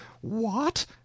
What